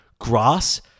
grass